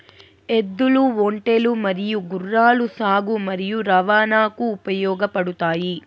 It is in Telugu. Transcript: ఎద్దులు, ఒంటెలు మరియు గుర్రాలు సాగు మరియు రవాణాకు ఉపయోగపడుతాయి